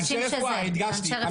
אנשי רפואה הדגשתי.